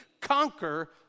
conquer